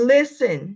Listen